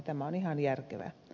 tämä on ihan järkevä